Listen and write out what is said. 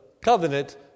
covenant